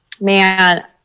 Man